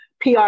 PR